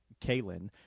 Kaylin